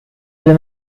due